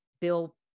Bill